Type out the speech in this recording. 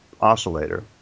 oscillator